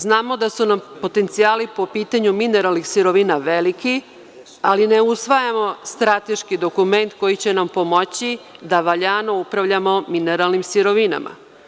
Znamo da su nam potencijali po pitanju mineralnih sirovina veliki, ali ne usvajamo strateški dokument koji će nam pomoći da valjano upravljamo mineralnim sirovinama.